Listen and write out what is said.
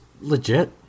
legit